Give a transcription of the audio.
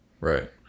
Right